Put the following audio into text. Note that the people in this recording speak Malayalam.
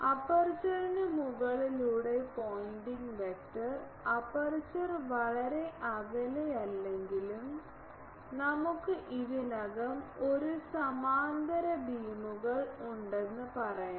അപ്പെർച്ചറിനു മുകളിലൂടെ പോയിന്റിംഗ് വെക്റ്റർ അപ്പേർച്ചർ വളരെ അകലെയല്ലെങ്കിലും നമുക്ക് ഇതിനകം ഒരു സമാന്തര ബീമുകൾ ഉണ്ടെന്ന് പറയാം